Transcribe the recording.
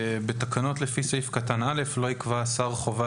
(ב)בתקנות לפי סעיף קטן (א) לא יקבע השר חובה